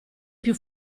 più